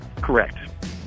Correct